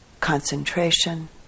concentration